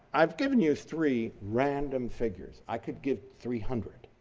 i've given you three random figures. i could give three hundred.